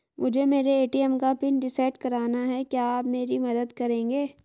मुझे मेरे ए.टी.एम का पिन रीसेट कराना है क्या आप मेरी मदद करेंगे?